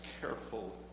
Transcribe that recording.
careful